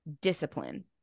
discipline